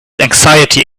anxiety